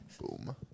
Boom